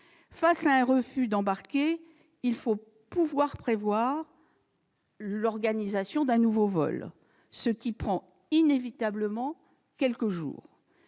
Face à un refus d'embarquer, il faut prévoir l'organisation d'un nouveau vol, ce qui prend inévitablement quelques jours.